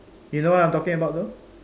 you know what I'm talking about though